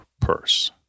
purse